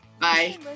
Bye